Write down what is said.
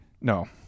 No